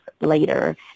later